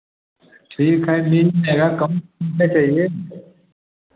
ठीक है मिल जाएगा कब से चाहिए